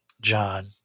John